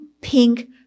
pink